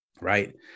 Right